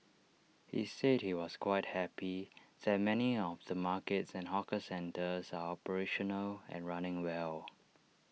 he said he was quite happy that many of the markets and hawker centres are operational and running well